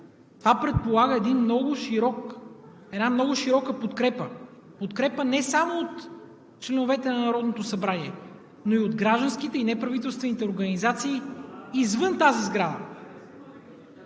Това предполага много широка подкрепа – подкрепа не само от членовете на Народното събрание, но и от гражданските и неправителствените организации извън тази сграда!